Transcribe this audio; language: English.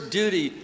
duty